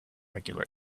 regular